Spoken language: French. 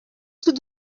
tout